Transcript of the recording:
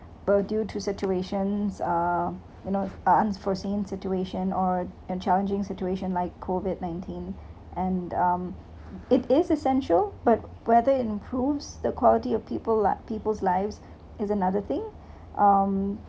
purdue to situations uh you know uh unforeseen situation or and challenging situation like COVID nineteen and um it is essential but whether it improves the quality of people like people's lives is another thing um